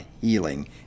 healing